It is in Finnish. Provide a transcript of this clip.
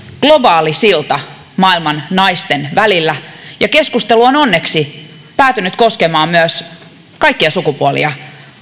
globaali silta maailman naisten välille ja keskustelu on onneksi päätynyt koskemaan myös kaikkia sukupuolia